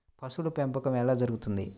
పశువుల పెంపకం ఎలా జరుగుతుంది?